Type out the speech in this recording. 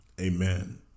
Amen